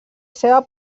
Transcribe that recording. seva